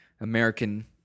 American